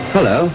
Hello